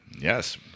Yes